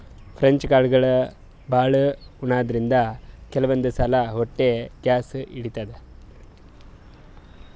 French ಕಾಳ್ಗಳ್ ಭಾಳ್ ಉಣಾದ್ರಿನ್ದ ಕೆಲವಂದ್ ಸಲಾ ಹೊಟ್ಟಿ ಗ್ಯಾಸ್ ಹಿಡಿತದ್